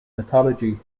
mythology